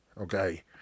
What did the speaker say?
Okay